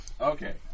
Okay